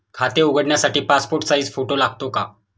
खाते उघडण्यासाठी passport size photo लागतो का?